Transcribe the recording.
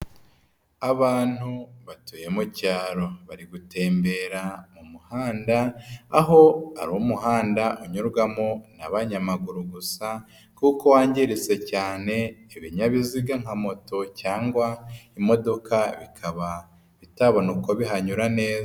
Abantu batuye mu cyaro. Bari gutembera mu muhanda aho ari umuhanda unyurwamo n'abanyamaguru gusa kuko wangiritse cyane, ibinyabiziga nka moto cyangwa imodoka bikaba bitabona uko bihanyura neza.